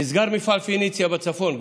נסגר מפעל פניציה בצפון,